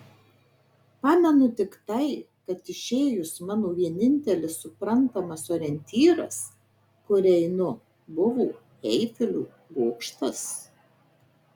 pamenu tik tai kad išėjus mano vienintelis suprantamas orientyras kur einu buvo eifelio bokštas